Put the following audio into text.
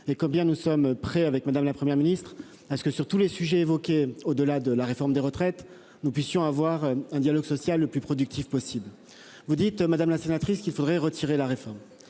et combien nous sommes prêts avec madame, la Première ministre à ce que sur tous les sujets évoqués. Au-delà de la réforme des retraites, nous puissions avoir un dialogue social le plus productif possible vous dites madame la sénatrice qu'il faudrait retirer la réforme